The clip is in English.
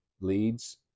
leads